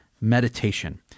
meditation